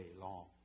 long